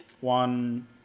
one